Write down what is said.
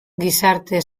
gizarte